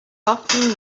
often